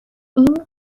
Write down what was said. این